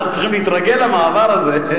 אנחנו צריכים להתרגל למעבר הזה.